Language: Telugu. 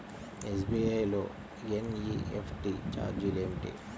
ఎస్.బీ.ఐ లో ఎన్.ఈ.ఎఫ్.టీ ఛార్జీలు ఏమిటి?